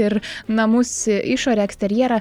ir namus išorę eksterjerą